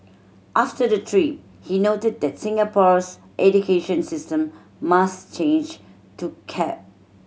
after the trip he noted that Singapore's education system must change to keep